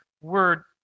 word